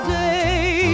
day